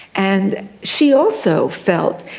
and she also felt,